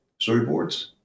storyboards